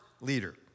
leader